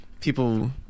people